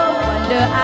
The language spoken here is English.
wonder